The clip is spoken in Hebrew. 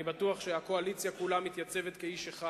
אני בטוח שהקואליציה כולה מתייצבת כאיש אחד.